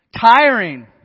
Tiring